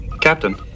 Captain